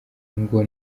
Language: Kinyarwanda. ngo